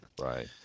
Right